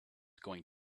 going